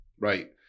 Right